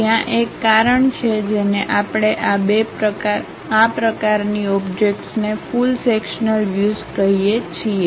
ત્યાં એક કારણ છે જેને આપણે આ પ્રકારની ઓબ્જેક્ટ્સને ફુલ સેક્શન્લ વ્યુઝ કહીએ છીએ